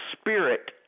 spirit